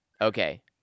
Okay